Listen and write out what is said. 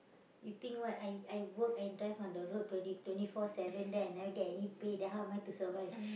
you think what I I work and drive on the road twenty twenty four seven then I never get any pay then how am I to survive